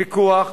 פיקוח,